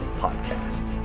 podcast